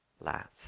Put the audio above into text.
laughs